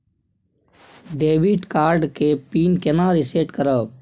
Debit card के PIN केना reset करब?